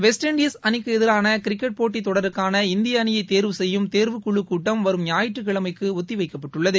west Indies அணிக்கு எதிரான cricket போட்டி தொடருக்கான இந்திய அணியை தேர்வு செய்யும் தேர்வுக்குழு கூட்டம் வரும் ஞாயிற்றுக்கிழமைக்கு ஒத்தி வைக்கப்பட்டுள்ளது